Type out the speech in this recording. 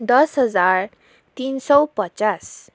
दस हजार तिन सय पचास